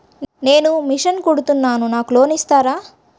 నేను మిషన్ కుడతాను నాకు లోన్ ఇస్తారా?